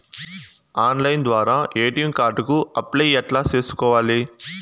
Online ద్వారా ATM card కు apply ఎట్లా సేసుకోవాలి?